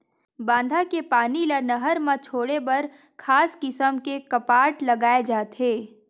बांधा के पानी ल नहर म छोड़े बर खास किसम के कपाट लगाए जाथे